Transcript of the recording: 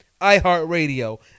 iHeartRadio